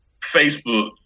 Facebook